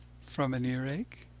from an earache?